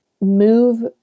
move